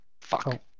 Fuck